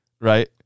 Right